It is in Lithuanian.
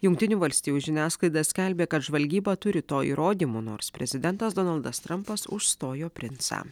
jungtinių valstijų žiniasklaida skelbia kad žvalgyba turi to įrodymų nors prezidentas donaldas trampas užstojo princą